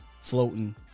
floating